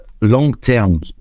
long-term